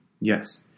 Yes